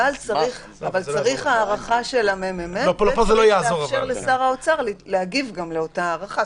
צריך הערכה של הממ"מ וצריך לאפשר לשר האוצר גם להגיב לאותה ההערכה.